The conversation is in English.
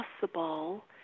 possible